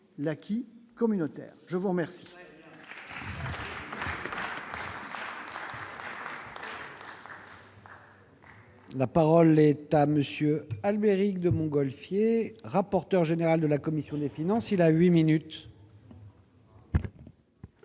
l'acquis communautaire, je vous remercie.